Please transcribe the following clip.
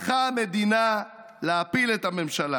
// הלכה המדינה, / להפיל את הממשלה.